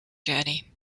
journey